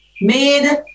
made